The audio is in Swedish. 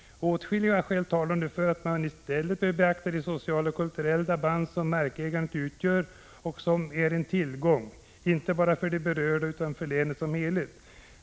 Åtskilliga skäl talar nu för att man i stället bör betrakta de sociala och kulturella band som markägandet utgör som en tillgång, inte bara för de berörda, utan för länet som helhet.